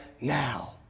now